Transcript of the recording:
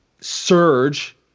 surge